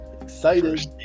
excited